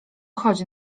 chodź